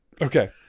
Okay